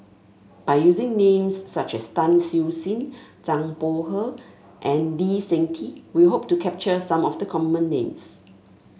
by using names such as Tan Siew Sin Zhang Bohe and Lee Seng Tee we hope to capture some of the common names